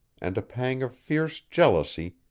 and a pang of fierce jealousy,